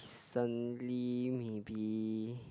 certainly maybe